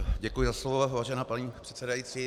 Děkuji za slovo, vážená paní předsedající.